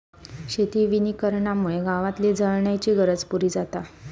शेती वनीकरणामुळे गावातली जळणाची गरज पुरी जाता